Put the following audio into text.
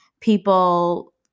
people